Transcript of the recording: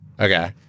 Okay